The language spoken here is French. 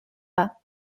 pas